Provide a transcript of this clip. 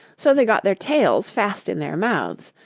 so they got their tails fast in their mouths.